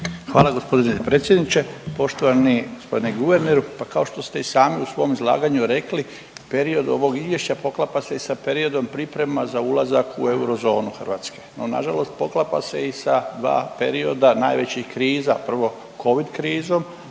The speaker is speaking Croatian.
Hvala g. predsjedniče. Poštovani g. guverneru, pa kao što ste i sami u svom izlaganju rekli period ovog izvješća poklapa se i sa periodom priprema za ulazak u Eurozonu Hrvatske, no nažalost poklapa se i sa dva perioda najvećih kriza, prvo covid krizom,